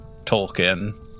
Tolkien